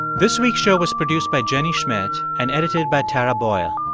this week's show was produced by jenny schmidt and edited by tara boyle.